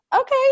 okay